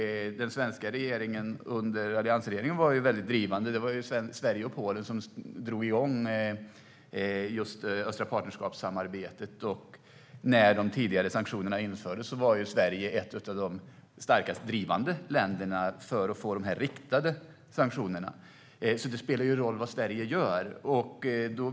Den svenska regeringen, under Alliansens tid, var mycket drivande. Det var Sverige och Polen som drog igång samarbetet inom Östliga Partnerskapet. När de tidigare sanktionerna infördes var Sverige ett av de starkast drivande länderna för att få de riktade sanktionerna. Det spelar alltså roll vad Sverige gör.